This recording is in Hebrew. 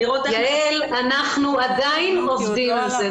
אנחנו עדיין עובדים על זה.